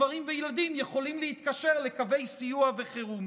גברים וילדים יכולים להתקשר לקווי סיוע וחירום,